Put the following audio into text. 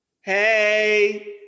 Hey